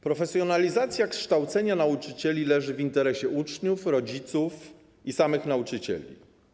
Profesjonalizacja kształcenia nauczycieli leży w interesie uczniów, rodziców i samych nauczycieli.